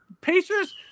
Pacers